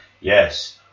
yes